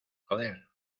joder